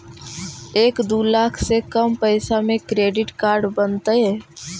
एक दू लाख से कम पैसा में क्रेडिट कार्ड बनतैय?